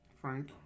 Frank